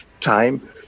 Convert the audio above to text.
time